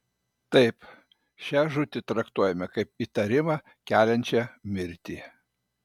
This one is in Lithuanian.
taip šią žūtį traktuojame kaip įtarimą keliančią mirtį